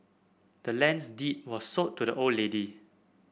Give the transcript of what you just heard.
the land's deed was sold to the old lady